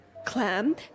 Clam